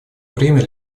время